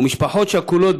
ומשפחות שכולות,